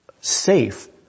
safe